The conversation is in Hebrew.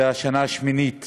זו השנה השמינית